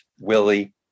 Willie